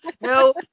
No